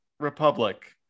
republic